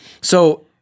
So-